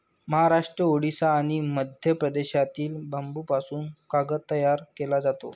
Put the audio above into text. महाराष्ट्र, ओडिशा आणि मध्य प्रदेशातील बांबूपासून कागद तयार केला जातो